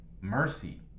mercy